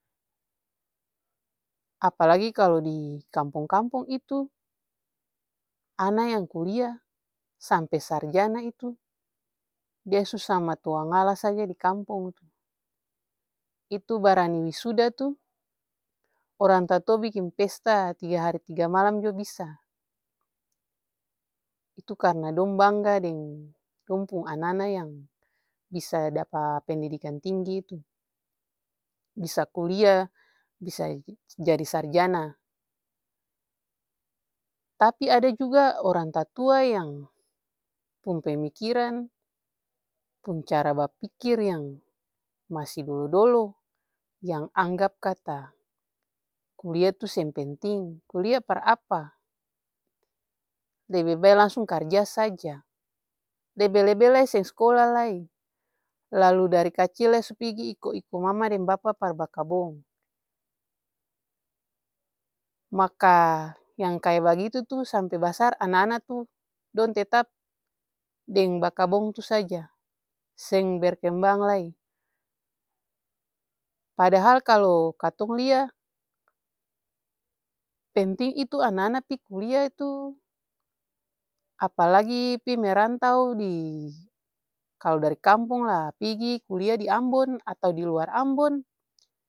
Apalagi kalu dikampong-kampong itu ana yang kulia sampe sarjana itu, dia su sama tuangala sa dikampong tuh. Itu barani wisuda tuh orang tatua biking pesta tiga hari tiga malam jua bisa. Itu karna dong bangga deng dong pung ana-ana yang bisa dapa pendidikan tinggi itu, bisa kulia bisa jadi sarjana. Tapi ada juga ada orang tatua yang pung pemikiran, pung cara bapikir yang masi dolo-dolo yang anggap kata kulia itu seng penting, kulia par apa lebe bae langsung karja saja, lebe-lebe lai seng skola lai. Lalu dari kacil lai su pigi iko-iko mama deng bapa par bakabong, maka yang kaya bagitu-tuh sampe basar ana-ana dong tetap deng bakabong tuh saja seng berkembang lai. Padahal kalu katong lia penting itu ana-ana pi kulia itu apalagi pi merantau di, kalu dari kampong pigi kulia di ambon atau luar ambon.